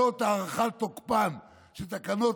תקנות הארכת תוקפן של תקנות